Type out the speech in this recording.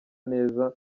neza